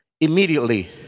immediately